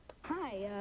Hi